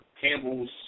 Campbell's